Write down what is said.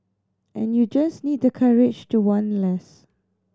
and you just need the courage to want less